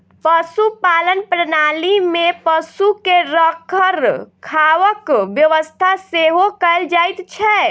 पशुपालन प्रणाली मे पशु के रखरखावक व्यवस्था सेहो कयल जाइत छै